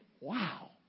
wow